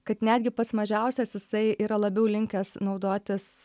kad netgi pats mažiausias jisai yra labiau linkęs naudotis